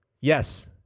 Yes